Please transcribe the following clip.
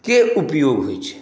के उपयोग होइत छै